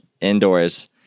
indoors